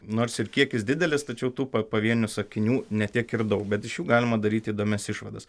nors ir kiekis didelis tačiau tų pa pavienių sakinių ne tiek ir daug bet iš jų galima daryti įdomias išvadas